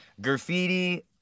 graffiti